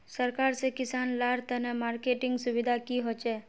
सरकार से किसान लार तने मार्केटिंग सुविधा की होचे?